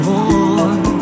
More